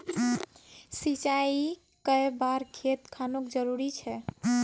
सिंचाई कै बार खेत खानोक जरुरी छै?